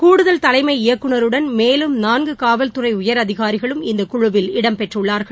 கூடுதல் தலைமை இயக்குநருடன் மேலும் நான்குகாவல்துறைஉயரதிகாரிகளும் இந்தகுழுவில் இடம்பெற்றுள்ளார்கள்